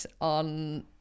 on